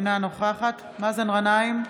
אינה נוכחת מאזן גנאים,